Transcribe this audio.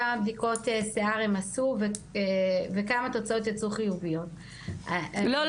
כמה בדיקות שיער הם עשו וכמה תוצאות יצאו חיוביות --- לא,